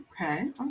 Okay